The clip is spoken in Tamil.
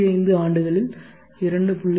25 ஆண்டுகளில் 2